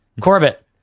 Corbett